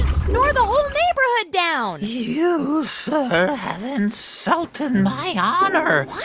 snore the whole neighborhood down you, sir, have insulted my honor